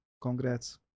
congrats